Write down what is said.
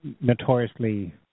notoriously